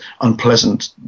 unpleasant